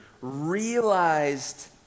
realized